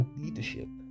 leadership